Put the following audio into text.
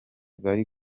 bari